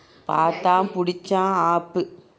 பார்த்தால் பிடிச்சால் ஆப்பு:paarthal pidichaal aapu